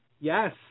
Yes